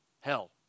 Hell